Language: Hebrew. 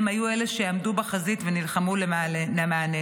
הם היו אלה שעמדו בחזית ונלחמו למעננו.